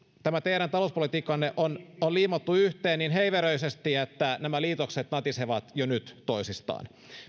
tämä teidän talouspolitiikkanne on liimattu yhteen niin heiveröisesti että nämä liitokset natisevat jo nyt toisistaan